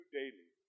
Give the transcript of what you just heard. daily